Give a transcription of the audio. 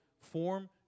form